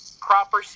proper